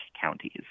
counties